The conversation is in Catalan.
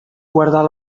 guardar